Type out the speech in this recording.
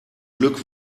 glück